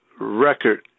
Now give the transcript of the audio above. record